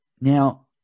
Now